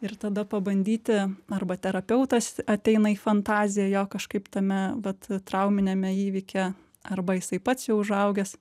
ir tada pabandyti arba terapeutas ateina į fantaziją jo kažkaip tame vat trauminiame įvykyje arba jisai pats jau užaugęs